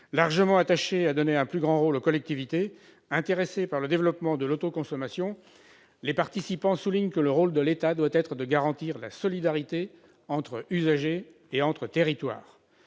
Largement attachés à donner un plus grand rôle aux collectivités, intéressés par le développement de l'autoconsommation, les participants soulignent que le rôle de l'État doit être de garantir la solidarité entre usagers et entre territoires.